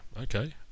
okay